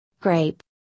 grape